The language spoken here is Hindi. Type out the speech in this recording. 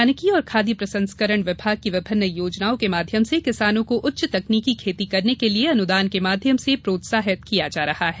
उद्यानिकी और खाद्य प्रसंस्करण विभाग की विभिन्न योजनाओं के माध्यम से किसानों को उच्च तकनीकी खेती करने के लिए अनुदान के माध्यम से प्रोत्साहित किया जा रहा है